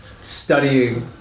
studying